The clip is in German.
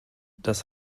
das